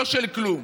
לא של כלום.